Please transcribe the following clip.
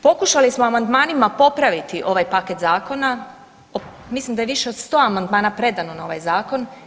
Pokušali smo amandmanima popraviti ovaj paket zakona, mislim da je više od 100 amandmana predano na ovaj zakon.